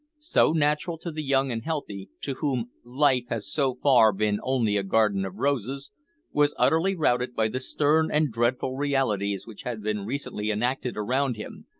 so natural to the young and healthy to whom life has so far been only a garden of roses was utterly routed by the stern and dreadful realities which had been recently enacted around him,